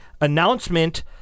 announcement